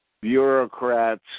Bureaucrats